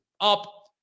up